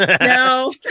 No